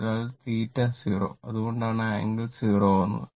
അതിനാൽ θ 0 അതുകൊണ്ടാണ് ആംഗിൾ 0 ആകുന്നത്